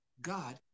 God